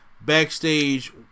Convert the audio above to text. backstage